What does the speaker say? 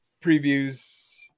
previews